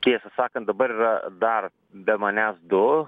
tiesą sakant dabar yra dar be manęs du